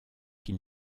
qu’il